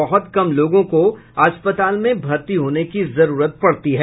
बहुत कम लोगों को अस्पताल में भर्ती होने की जरूरत पड़ती है